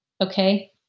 Okay